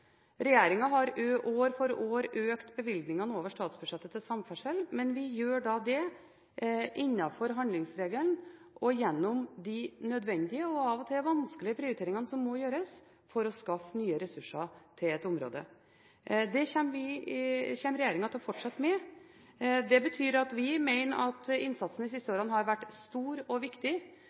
har år for år økt bevilgningene til samferdsel over statsbudsjettet, men vi gjør det innenfor handlingsregelen og gjennom de nødvendige og av og til vanskelige prioriteringene som må gjøres for å skaffe nye ressurser til et område. Det kommer regjeringen til å fortsette med. Det betyr at vi mener at innsatsen de siste årene har vært stor og viktig,